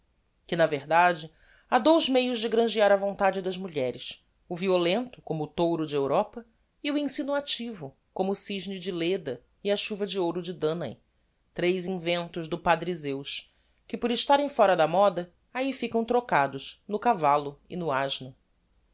que na verdade ha dous meios de grangear a vontade das mulheres o violento como o touro de europa e o insinuativo como o cysne de leda e a chuva de ouro de danae tres inventos do padre zeus que por estarem fóra da moda ahi ficam trocados no cavallo e no asno